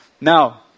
now